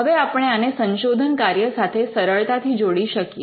હવે આપણે આને સંશોધન કાર્ય સાથે સરળતાથી જોડી શકીએ